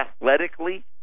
athletically